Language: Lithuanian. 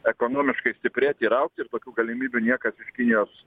ekonomiškai stiprėti ir augti ir tokių galimybių niekas iš kinijos